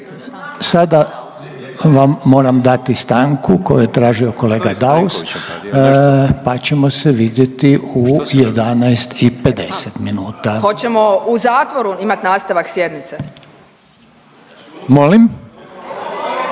sada vam moram dati stanku koju je tražio kolega Daus pa ćemo se vidjeti u 11 i 50 minuta. .../Upadica Selak Raspudić: Hoćemo u zatvoru imat nastavak sjednice?/... Molim?